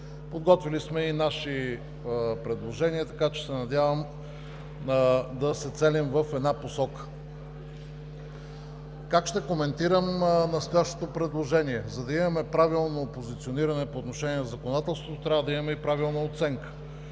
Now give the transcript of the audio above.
Подготвили сме и наши предложения, така че се надявам да се целим в една посока. Как ще коментирам настоящото предложение? За да имаме правилно позициониране по отношение на законодателството, трябва да имаме и правилна оценка.